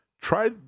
try